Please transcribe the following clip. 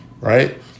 right